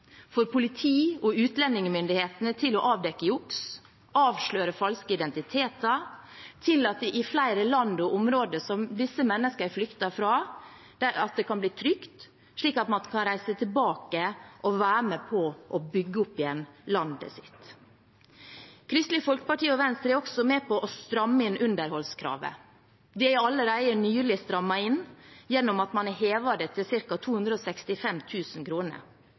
for politi og utlendingsmyndigheter til å avdekke juks, avsløre falske identiteter, at det i flere land og områder som disse menneskene har flyktet fra, kan bli trygt, slik at de kan reise tilbake og være med på å bygge opp igjen landet sitt. Kristelig Folkeparti og Venstre er også med på å stramme inn underholdskravet. Det er allerede nylig strammet inn gjennom at man har hevet det til